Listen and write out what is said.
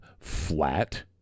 flat